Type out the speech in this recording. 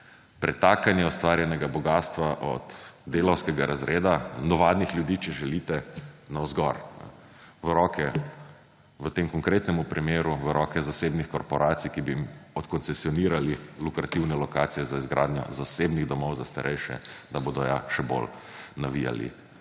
Pretakanje ustvarjenega bogastva od delavskega razreda navadnih ljudi, če želite, navzgor v roke, v tem konkretnem primer, v roku zasebnih korporacij, ki bi jim odkoncesionirali lukartivne lokacije za izgradnjo zasebnih domov za starejše, da bodo ja še bolj navijali